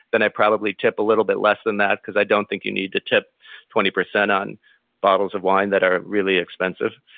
then i probably tip a little bit less than that because i don't think you need to tip twenty percent on bottles of wine that are really expensive.